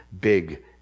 big